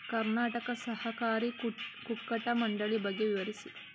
ಕರ್ನಾಟಕ ಸಹಕಾರಿ ಕುಕ್ಕಟ ಮಂಡಳಿ ಬಗ್ಗೆ ವಿವರಿಸಿ?